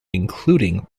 including